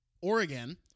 Oregon